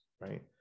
right